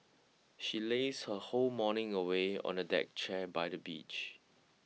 she lazed her whole morning away on a deck chair by the beach